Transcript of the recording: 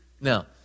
Now